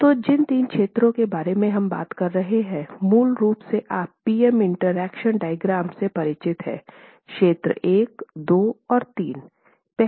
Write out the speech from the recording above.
तो जिन 3 क्षेत्रों के बारे में हम बात कर रहे हैं मूल रूप से आप P M interaction diagram से परिचित हैं क्षेत्रों 1 2 और 3